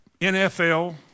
NFL